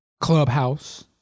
Clubhouse